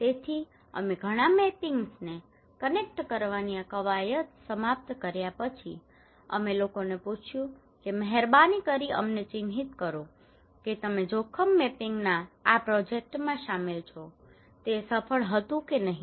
તેથી અમે ઘણાં મેપિંગ્સને કનેક્ટ કરવાની આ કવાયત સમાપ્ત કર્યા પછી અને અમે લોકોને પૂછ્યું કે મહેરબાની કરીને અમને ચિહ્નિત કરો કે તમે જોખમ મેપિંગના આ પ્રોજેક્ટમાં શામેલ છો તે સફળ હતું કે નહીં